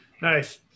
Nice